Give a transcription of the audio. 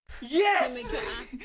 Yes